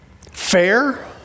Fair